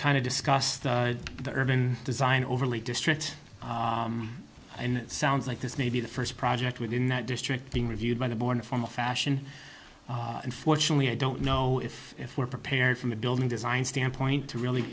kind of discussed the urban design overly district and it sounds like this may be the first project within that district being reviewed by the board from a fashion unfortunately i don't know if if we're prepared from a building design standpoint to really